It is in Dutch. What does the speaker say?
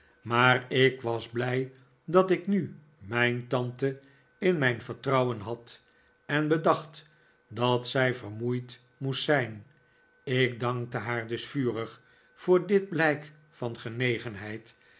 maar ik was blij dat ik nu mijn tante in mijn vertrouwen had en bedacht dat zij vermoeid moest zijn ik dankte haar dus vurig voor dit blijk van genegenheid